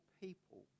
people